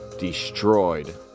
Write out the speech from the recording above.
destroyed